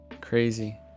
Crazy